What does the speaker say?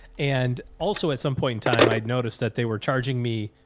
and also at some point in time, i had noticed that they were charging me.